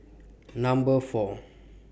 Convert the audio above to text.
Number four